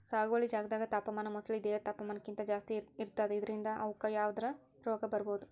ಸಾಗುವಳಿ ಜಾಗ್ದಾಗ್ ತಾಪಮಾನ ಮೊಸಳಿ ದೇಹದ್ ತಾಪಮಾನಕ್ಕಿಂತ್ ಜಾಸ್ತಿ ಇರ್ತದ್ ಇದ್ರಿಂದ್ ಅವುಕ್ಕ್ ಯಾವದ್ರಾ ರೋಗ್ ಬರ್ಬಹುದ್